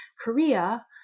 Korea